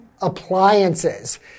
Appliances